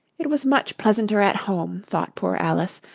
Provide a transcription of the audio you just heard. it was much pleasanter at home thought poor alice,